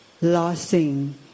Losing